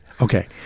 Okay